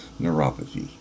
neuropathy